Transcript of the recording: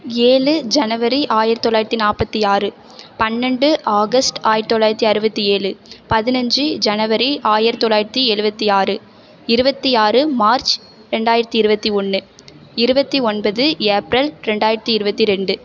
ஏழு ஜனவரி ஆயிரத்தி தொள்ளாயிரத்தி நாற்பத்தி ஆறு பன்னெண்டு ஆகஸ்ட் ஆயிரத்தி தொள்ளாயிரத்தி அறுபத்தி ஏழு பதினஞ்சு ஜனவரி ஆயிரத்தி தொள்ளாயிரத்தி எழுபத்தி ஆறு இருபத்தி ஆறு மார்ச் ரெண்டாயிரத்தி இருபத்தி ஒன்று இருபத்தி ஒன்பது ஏப்ரல் ரெண்டாயிரத்தி இருபத்தி ரெண்டு